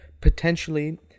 potentially